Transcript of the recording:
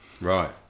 Right